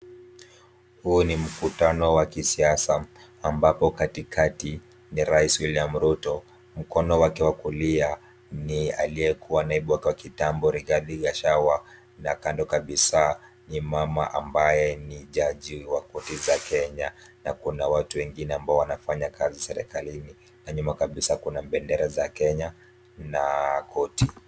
Huu ni mkutano wa kisiasa, ambapo katikati ni Rais William Ruto, mkono wake wa kulia ni aliyekuwa naibu wa kitambo, Rigathi Gachagua, na kando kabisa ni mama ambaye ni jaji wa koti za Kenya, na kuna watu wengine ambao wanafanya kazi serikalini. Na nyuma kabisa, kuna bendera za Kenya na koti.